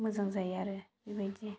मोजां जायो आरो बेबायदि